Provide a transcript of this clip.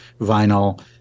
vinyl